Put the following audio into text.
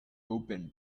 opened